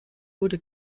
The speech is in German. wurde